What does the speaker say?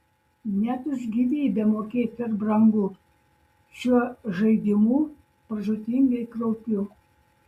net už gyvybę mokėt per brangu šiuo žaidimu pražūtingai kraupiu